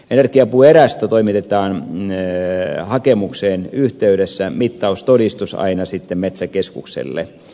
energiapuuerästä toimitetaan hakemuksen yhteydessä mittaustodistus aina sitten metsäkeskukselle